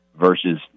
versus